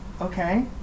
okay